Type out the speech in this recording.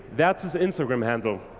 that's his instagram handle.